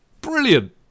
Brilliant